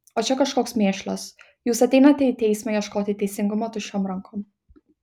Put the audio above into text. o čia kažkoks mėšlas jūs ateinate į teismą ieškoti teisingumo tuščiom rankom